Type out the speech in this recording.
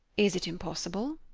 is it impossible?